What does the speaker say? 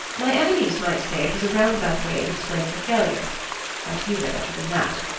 my enemies might say it was a roundabout way of explaining a failure but you know better than that.